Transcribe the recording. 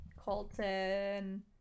Colton